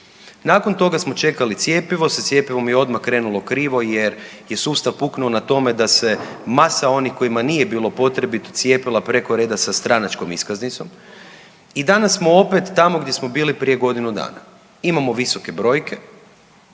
Nakon toga smo čekali cjepivo, sa cjepivom je odmah krenulo krivo jer je sustav puknuo na tome da se masa onih kojima nije bilo potrebito cijepila preko reda sa stranačkom iskaznicom i danas smo opet tamo gdje smo bili prije godinu dana. Imamo visoke brojke,